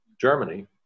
Germany